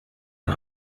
and